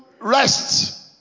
rest